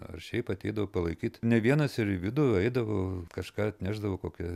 ar šiaip ateidavo palaikyt ne vienas ir į vidų eidavo kažką atnešdavo kokią